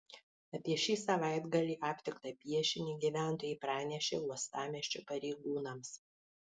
apie šį savaitgalį aptiktą piešinį gyventojai pranešė uostamiesčio pareigūnams